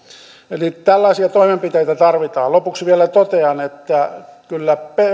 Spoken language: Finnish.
eli tällaisia toimenpiteitä tarvitaan lopuksi vielä totean että kyllä